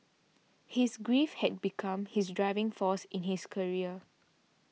his grief had become his driving force in his career